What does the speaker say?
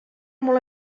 molt